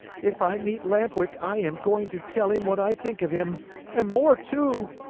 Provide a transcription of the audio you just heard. if i meet lamp-wick i am going to tell him what i think of him and more, too!